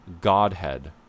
godhead